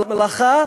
מלאכה,